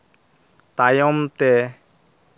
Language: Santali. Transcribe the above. ᱛᱟᱭᱚᱢ ᱛᱮ